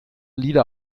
lieder